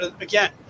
again